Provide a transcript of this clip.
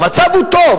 המצב הוא טוב.